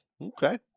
Okay